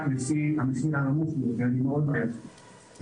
לפי המחיר הנמוך ביותר היא מאוד בעייתית.